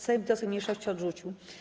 Sejm wniosek mniejszości odrzucił.